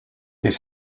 his